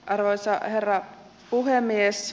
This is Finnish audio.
arvoisa herra puhemies